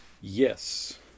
Yes